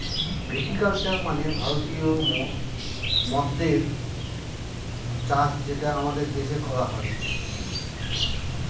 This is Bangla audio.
ভিটি কালচার মানে ভারতীয় মদ্যের চাষ যেটা আমাদের দেশে করা হয়